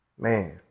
man